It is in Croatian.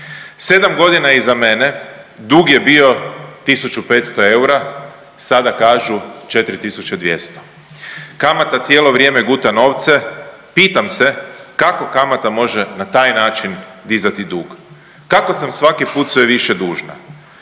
ne 7 godina iza mene dug je bio 1.500 eura, sada kažu 4.200. Kamata cijelo vrijeme guta novce. Pitam se kako kamata može na taj način dizati dug, kako sam svaki put sve više dužna?